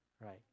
right